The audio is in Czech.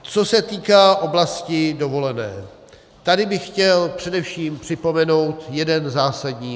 Co se týká oblasti dovolené, tady bych chtěl především připomenout jeden zásadní moment.